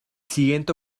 siguiente